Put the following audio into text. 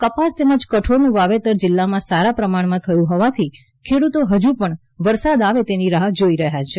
કપાસ તેમજ કઠોળનું વાવેતર જિલ્લામાં સારા પ્રમાણમાં થયું હોવાથી ખેડૂતો હજુ પણ વરસાદ આવે તેની રાહ્ જોઈ રહ્યા છે